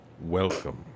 Welcome